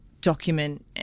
document